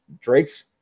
Drake's